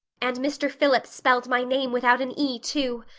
and mr. phillips spelled my name without an e, too.